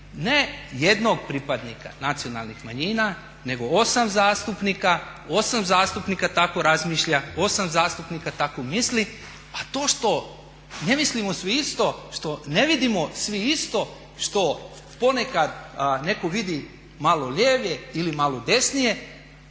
ne jednog pripadnika nacionalnih manjina nego osam zastupnika, osam zastupnika tako razmišlja, osam zastupnika tako misli a to što ne mislimo svi isto, što ne vidimo svi isto, što ponekad netko vidi malo ljevije ili malo desnije